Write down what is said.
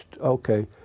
okay